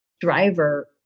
driver